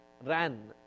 ran